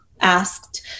asked